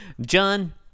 John